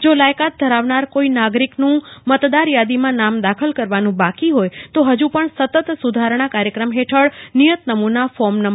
જો લાયકાત ધરાવનાર કોઇ નાગરિકનુંમતદારયાદીમાં નામ દાખલ કરવાનું બાકી હોય તો હજુપણ સતત સુધારણા કાર્યક્રમ હેઠળનિયત નમૂના ફોર્મ નં